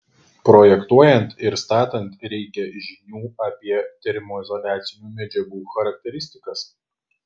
projektuojant ir statant reikia žinių apie termoizoliacinių medžiagų charakteristikas